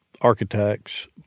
architects